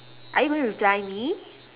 are you going to reply me